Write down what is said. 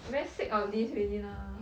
very sick of this already lah